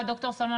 שלמון,